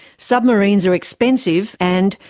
submarines are expensive and,